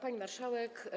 Pani Marszałek!